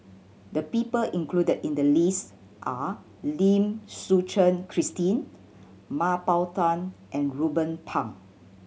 the people included in the list are Lim Suchen Christine Mah Bow Tan and Ruben Pang